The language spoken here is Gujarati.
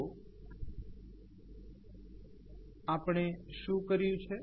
તો આપણે શુ કર્યુ છે